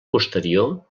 posterior